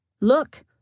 Look